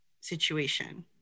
situation